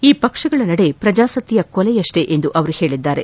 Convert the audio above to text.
ಈ ಪಕ್ಷಗಳ ನಡೆ ಪ್ರಜಾಸತ್ತೆಯ ಕೊಲೆಯಷ್ಟೇ ಎಂದು ಅವರು ಹೇಳಿದ್ದಾರೆ